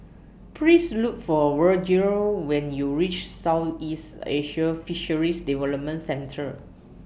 Please Look For Virgel when YOU REACH Southeast Asian Fisheries Development Centre